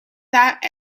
that